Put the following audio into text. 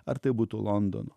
ar tai būtų londono